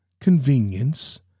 convenience